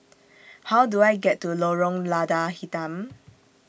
How Do I get to Lorong Lada Hitam